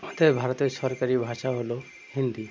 আমাদের ভারতের সরকারি ভাষা হলো হিন্দি